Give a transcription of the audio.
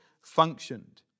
functioned